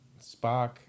Spock